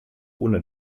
ohne